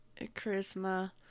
Charisma